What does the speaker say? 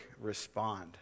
respond